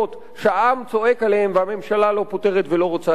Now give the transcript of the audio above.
שהעם צועק עליהן והממשלה לא פותרת ולא רוצה לפתור.